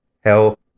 hell